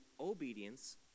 obedience